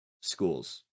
schools